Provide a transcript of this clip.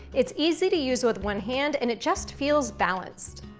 it's easy to use with one hand, and it just feels balanced.